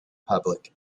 public